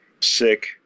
sick